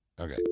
Okay